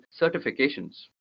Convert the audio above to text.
certifications